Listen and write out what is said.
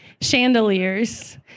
chandeliers